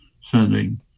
sending